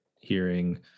hearing